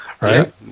right